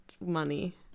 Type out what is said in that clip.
money